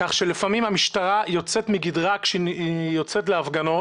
כך שלפעמים המשטרה יוצאת מגדרה כשהיא יוצאת להפגנות.